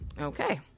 Okay